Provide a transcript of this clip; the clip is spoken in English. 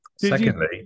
Secondly